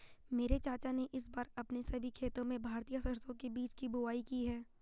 मेरे चाचा ने इस बार अपने सभी खेतों में भारतीय सरसों के बीज की बुवाई की है